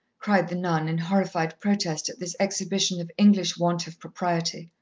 cried the nun, in horrified protest at this exhibition of english want of propriety.